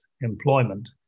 employment